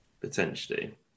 Potentially